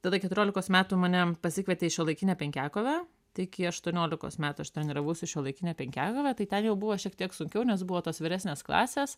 tada keturiolikos metų mane pasikvietė į šiuolaikinę penkiakovę tai iki aštuoniolikos metų aš treniravausi šiuolaikinę penkiakovę tai ten jau buvo šiek tiek sunkiau nes buvo tos vyresnės klasės